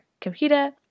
computer